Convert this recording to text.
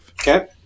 Okay